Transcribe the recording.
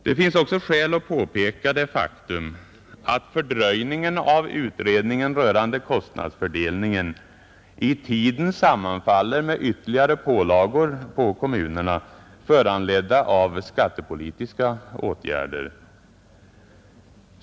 Det finns också skäl att påpeka det faktum att fördröjningen av utredningen rörande kostnadsfördelningen, i tiden sammanfaller med ytterligare pålagor på kommunerna, föranledda av skattepolitiska åtgärder.